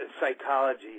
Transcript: psychology